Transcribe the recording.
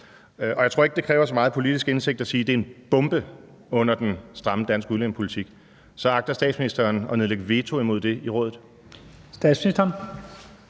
Jeg tror ikke, det kræver så meget politisk indsigt at sige, at det er en bombe under den stramme danske udlændingepolitik. Så agter statsministeren at nedlægge veto imod det i Rådet?